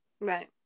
Right